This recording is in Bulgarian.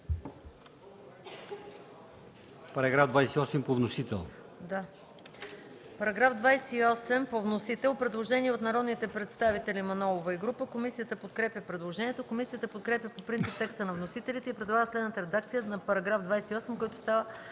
Параграф 25 по вносител.